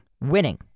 winning